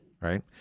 Right